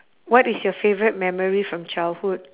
what is your favourite memory from childhood